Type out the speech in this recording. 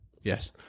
Yes